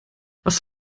was